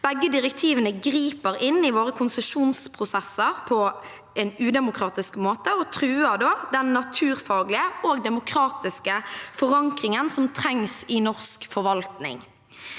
Begge direktivene griper inn i våre konsesjonsprosesser på en udemokratisk måte og truer den naturfaglige og demokratiske forankringen som trengs i norsk forvaltning.